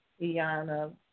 Iana